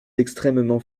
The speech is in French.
extrêmement